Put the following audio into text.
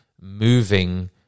moving